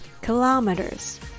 Kilometers